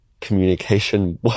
communication